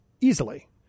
easily